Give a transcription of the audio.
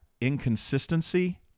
inconsistency